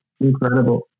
incredible